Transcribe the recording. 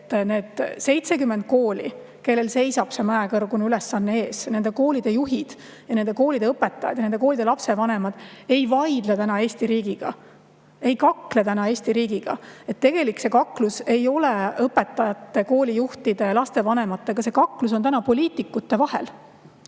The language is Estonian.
et need 70 kooli, kellel seisab see mäekõrgune ülesanne ees, et nende koolide juhid, nende koolide õpetajad ja nende koolide lapsevanemad ei vaidle täna Eesti riigiga, ei kakle täna Eesti riigiga. Tegelikult see kaklus ei olegi olnud õpetajate, koolijuhtide ja lastevanematega, see kaklus on olnud poliitikute vahel.